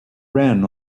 ran